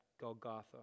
Golgotha